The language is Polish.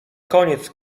koniec